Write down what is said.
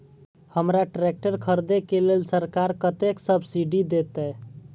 हमरा ट्रैक्टर खरदे के लेल सरकार कतेक सब्सीडी देते?